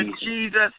Jesus